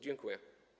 Dziękuję.